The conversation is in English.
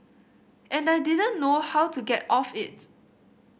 and I didn't know how to get off it